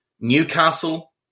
Newcastle